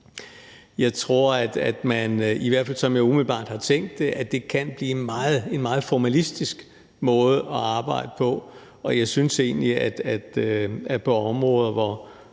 Jeg tror, at det, i hvert fald, som jeg umiddelbart har tænkt det, kan blive en meget formalistisk måde at arbejde på, og jeg synes egentlig, at vi på områder, hvor